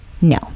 No